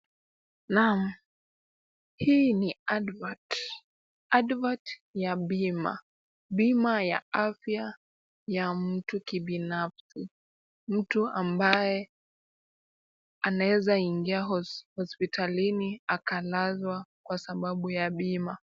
Naam! Hii ni advert, advert ya bima. Bima ya afya ya mtu kibinafsi. Mtu ambaye anaweza ingia hospitalini akalazwa kwa sababu ya bima.